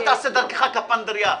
אל תעשה דרכך קפנדריה.